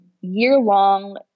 year-long